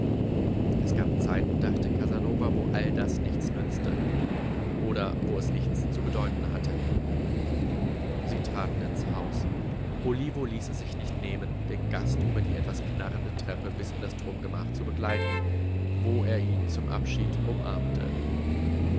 es gab zeiten dachte casanova wo all das nicht nützte oder wo es nichts zu bedeuten hatte sie traten ins haus olivo ließ es sich nicht nehmen den gast über die etwas knarrende treppe bis in das turmgemach zu begleiten wo er ihn zum abschied umarmte